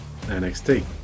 NXT